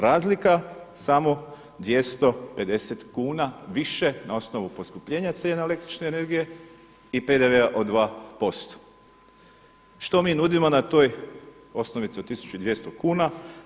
Razlika samo 250 kuna više na osnovu poskupljenja cijena električne energije i PDV-a od 2% Što mi nudimo na toj osnovici od 1200 kuna?